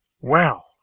Well